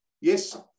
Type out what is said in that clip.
Yes